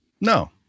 no